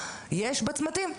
יש בצמתים?